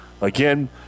Again